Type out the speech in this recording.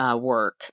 work